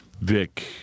Vic